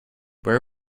where